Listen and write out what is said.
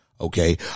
Okay